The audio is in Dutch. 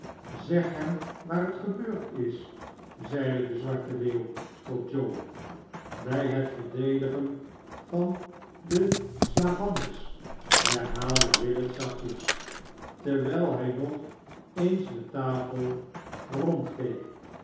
zeg hem waar het gebeurd is zeide de zwarte leeuw tot joe bij het verdedigen van deslavanners herhaalde willet zachtjes terwijl hij nog eens de tafel